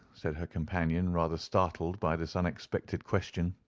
said her companion, rather startled by this unexpected question.